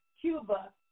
Cuba